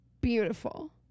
beautiful